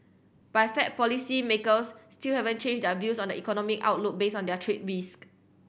but Fed policymakers still haven't changed their views on the economic outlook based on their trade risk